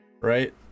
right